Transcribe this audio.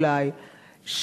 אולי,